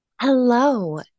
Hello